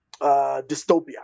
dystopia